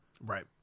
Right